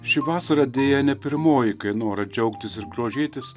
ši vasara deja ne pirmoji kai norą džiaugtis ir grožėtis